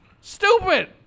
Stupid